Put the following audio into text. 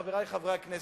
חברי חברי הכנסת,